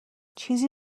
چیزی